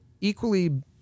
equally